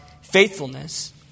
faithfulness